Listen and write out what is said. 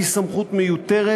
שהיא סמכות מיותרת,